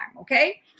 Okay